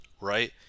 right